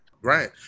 right